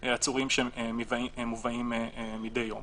תקנו אותי אם אני טועה מדי יום